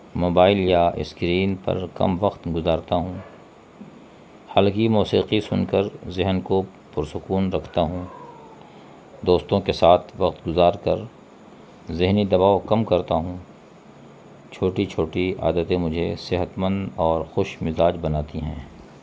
mobile یا screen پر کم وقت گزارتا ہوں ہلکی موسیقی سن کر ذہن کو پرسکون رکھتا ہوں دوستوں کے ساتھ وقت گزار کر ذہنی دباؤ کم کرتا ہوں چھوٹی چھوٹی عادتیں مجھے صحت مند اور خوش مزاج بناتی ہیں